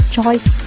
choice